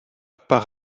par